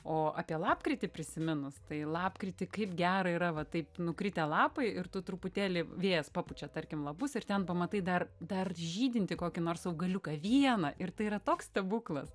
o apie lapkritį prisiminus tai lapkritį kaip gera yra va taip nukritę lapai ir tu truputėlį vėjas papučia tarkim lapus ir ten pamatai dar dar žydintį kokį nors augaliuką vieną ir tai yra toks stebuklas